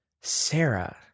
Sarah